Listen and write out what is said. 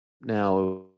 Now